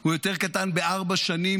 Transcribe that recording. הוא יותר קטן בארבע שנים